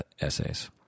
essays